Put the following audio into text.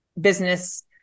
business